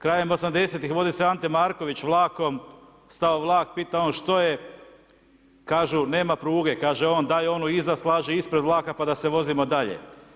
Krajem '80.-tih vozi se Ante Marković vlakom, stao vlak, pita on što je, kažu nema pruge, kaže on daj onu iza slaži ispred vlaka, pa da se vozimo dalje.